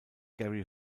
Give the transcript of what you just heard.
gary